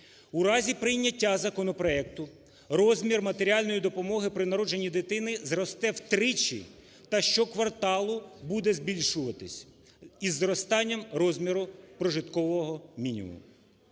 У разі прийняття законопроекту розмір матеріальної допомоги при народженні дитини зросте втричі та щокварталу буде збільшуватися із зростанням розміру прожиткового мінімуму.